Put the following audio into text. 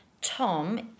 Tom